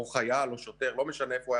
או חייל או שוטר לא משנה איפה הוא היה